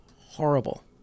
horrible